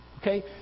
Okay